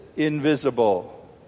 invisible